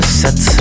set